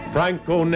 Franco